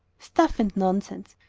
stuff and nonsense!